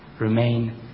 Remain